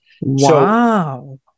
Wow